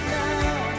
now